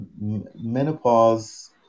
Menopause